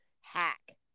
hack